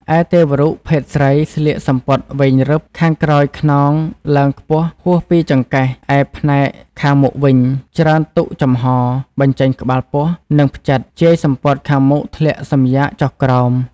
ឯទេវរូបភេទស្រីស្លៀកសំពត់វែងរឹប ខាងក្រោយខ្នងឡើងខ្ពស់ហួសពីចង្កេះ ឯផ្នែកខាងមុខវិញ ច្រើនទុកចំហ បញ្ចេញក្បាលពោះ និងផ្ចិត ជាយសំពត់ខាងមុខធ្លាក់សំយ៉ាកចុះក្រោម។